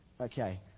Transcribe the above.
Okay